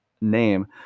name